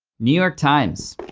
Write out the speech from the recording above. new york times